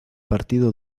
partido